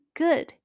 good